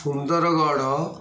Sundargarh